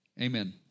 amen